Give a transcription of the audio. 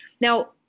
Now